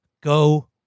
Go